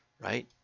right